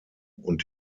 und